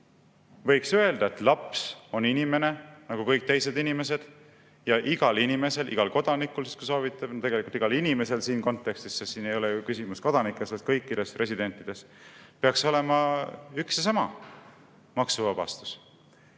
Võiks öelda, et laps on inimene nagu kõik teised inimesed, ja igal inimesel – igal kodanikul, kui soovite, aga tegelikult igal inimesel siin kontekstis, sest küsimus ei ole ju kodanikes, vaid kõikides residentides – peaks olema üks ja sama maksuvabastus.